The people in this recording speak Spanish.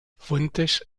fuentes